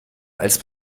als